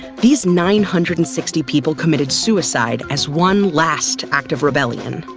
these nine hundred and sixty people committed suicide as one last act of rebellion.